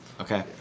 Okay